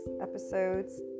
Episodes